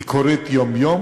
היא קורית יום-יום.